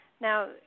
now